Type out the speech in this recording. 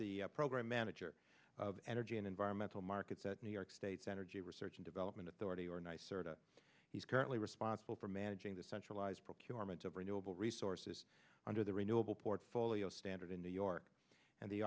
the program manager of energy and environmental markets at new york state's energy research and development authority or nicer to he's currently responsible for managing the centralized procurement of renewable resources under the renewable portfolio standard in new york and the